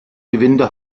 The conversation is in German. gewinde